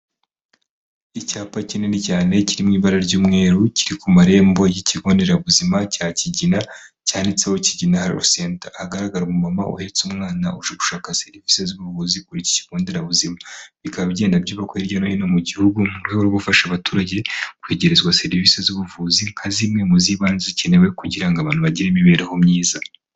Icyapa kinini cyane kiririmo ibara ry'umweru kiri ku marembo y'ikigo nderabuzima cya Kigina, cyanditseho Kigina senta. Hagaragara umumama uhetse umwana ushaka serivisi z'ubuvuzi kuri iki kigo nderabuzima, bikaba bigenda byito hirya no hino mu gihugu mu rwego rwo gufasha abaturage kwegerezwa serivisi z'ubuvuzi nka zimwe mu z'ibanze zikenewe kugira ngo abantu bagire imibereho myiza.